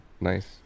nice